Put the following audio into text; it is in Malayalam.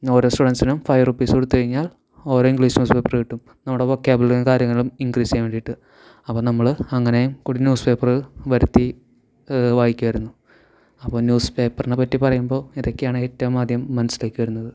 ഓരോ സ്റ്റുഡൻറ്റ്സിനും ഫൈവ് റുപ്പീസ് കൊടുത്തു കഴിഞ്ഞാൽ ഓരോ ഇംഗ്ലീഷ് പേപ്പർ കിട്ടും നമ്മുടെ ഒക്ക്യാബുലറി കാര്യങ്ങളും ഇൻക്രീസ് ചെയ്യാൻ വേണ്ടിയിട്ട് അപ്പം നമ്മൾ അങ്ങനെയും കൂടി ന്യൂസ് പേപ്പർ വരുത്തി വായിക്കുമായിരുന്നു അപ്പം ന്യൂസ് പേപ്പറിനെ പറ്റി പറയുമ്പോൾ ഇതൊക്കെയാണ് ഏറ്റവും അധികം മനസ്സിലേക്കു വരുന്നത്